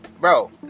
Bro